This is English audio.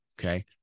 Okay